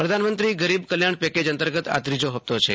પ્રધાનમંત્રી ગરીબ કલ્યાણ પેકેજ અંતર્ગત આ ત્રીજો ફપ્તો છે